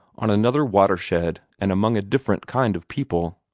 on another watershed and among a different kind of people.